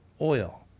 oil